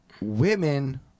women